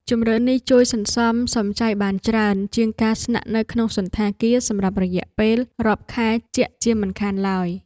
ជម្រើសនេះជួយសន្សំសំចៃបានច្រើនជាងការស្នាក់នៅក្នុងសណ្ឋាគារសម្រាប់រយៈពេលរាប់ខែជាក់ជាមិនខានឡើយ។